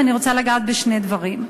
ואני רוצה לנגוע בשני דברים.